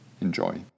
Enjoy